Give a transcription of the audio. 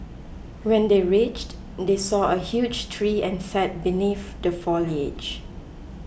when they reached they saw a huge tree and sat beneath the foliage